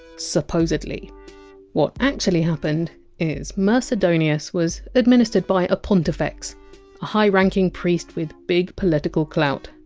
supposedly what actually happened is mercedonius was administered by a pontifex, a high-ranking priest with big political clout.